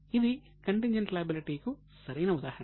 ఇది contingent liability కు సరైన ఉదాహరణ